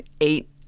eight